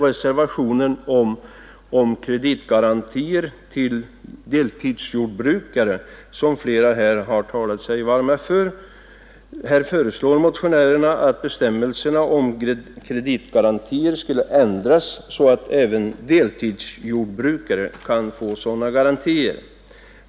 Reservationen om kreditgarantier till deltidsjordbrukare har flera ledamöter talat sig varma för. Här föreslår motionärerna att bestämmelserna om kreditgarantier skulle ändras så att deltidsjordbrukare kan få sådana garantier.